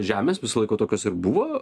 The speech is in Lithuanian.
žemės visą laiką tokios ir buvo